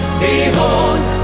behold